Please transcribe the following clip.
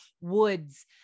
woods